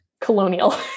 colonial